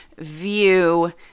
view